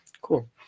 Cool